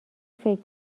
فکر